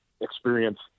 experience